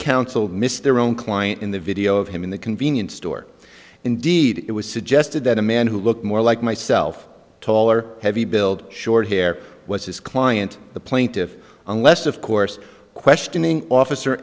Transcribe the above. counsel missed their own client in the video of him in the convenience store indeed it was suggested that a man who looked more like myself tall or heavy build short hair was his client the plaintive unless of course questioning officer